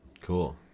cool